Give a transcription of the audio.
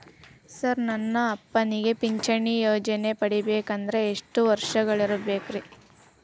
Sir ನನ್ನ ಅಪ್ಪನಿಗೆ ಪಿಂಚಿಣಿ ಯೋಜನೆ ಪಡೆಯಬೇಕಂದ್ರೆ ಎಷ್ಟು ವರ್ಷಾಗಿರಬೇಕ್ರಿ?